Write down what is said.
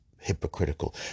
hypocritical